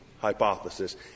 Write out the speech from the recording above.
hypothesis